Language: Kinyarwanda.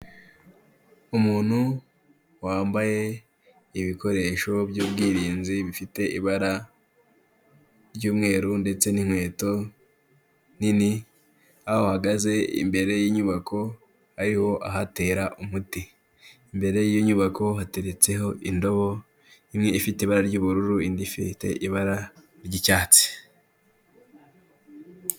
Umuntu wambaye ibikoresho by'ubwirinzi bifite ibara ry'umweru ndetse n'inkweto nini, aho ahagaze imbere y'inyubako ariho ahatera umuti. Imbere y'inyubako hateretseho indobo, imwe ifite ibara ry'ubururu, indi ifite ibara ry'icyatsi.